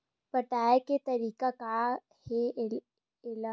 पटाय के तरीका का हे एला?